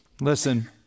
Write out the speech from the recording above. Listen